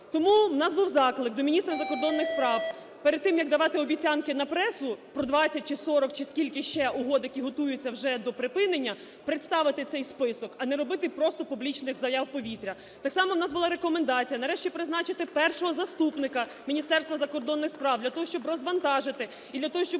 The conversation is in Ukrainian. Тому в нас був заклик до міністра закордонних справ перед тим, як давати обіцянки на пресу про 20 чи 40, чи скільки ще угод, які готуються вже до припинення, представити цей список, а не робити просто публічних заяв в повітря. Так само в нас була рекомендація, нарешті, призначити першого заступника Міністерства закордонних справ для того, щоб розвантажити і для того, щоби